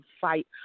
fight